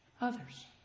others